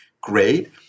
great